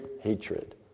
hatred